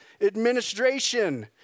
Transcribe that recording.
administration